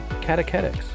catechetics